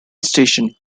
station